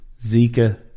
Zika